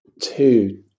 two